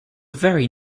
very